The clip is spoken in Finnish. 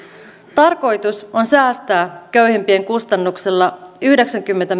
tarkoitus on säästää köyhimpien kustannuksella yhdeksänkymmentä